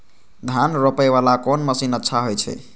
धान रोपे वाला कोन मशीन अच्छा होय छे?